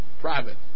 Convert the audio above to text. private